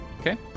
Okay